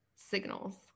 signals